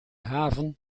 haven